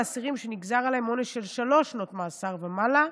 אסירים שנגזר עליהם עונש של שלוש שנות מאסר ומעלה,